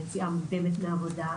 יציאה מוקדמת מעבודה,